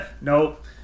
Nope